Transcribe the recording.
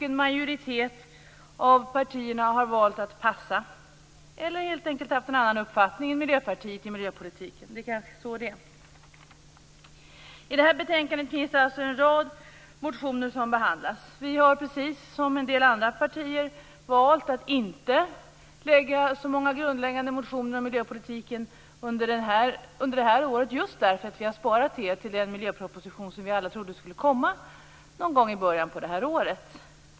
En majoritet av partierna har valt att passa eller helt enkelt haft en annan uppfattning än Miljöpartiet i miljöpolitiken. I det här betänkandet behandlas alltså en rad motioner. Vi har precis som en del andra partier valt att inte lägga så många grundläggande motioner i miljöpolitiken under det här året, just därför att vi sparat det till den miljöproposition som vi alla trodde skulle komma någon gång i början på det här året.